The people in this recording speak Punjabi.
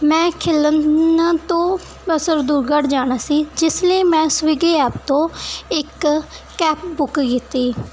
ਮੈਂ ਖਿਲਣ ਤੋਂ ਮੈਂ ਸਰਦੂਲਗੜ੍ਹ ਜਾਣਾ ਸੀ ਜਿਸ ਲਈ ਮੈਂ ਸਵੀਗੀ ਐਪ ਤੋਂ ਇੱਕ ਕੈਪ ਬੁੱਕ ਕੀਤੀ